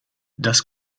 das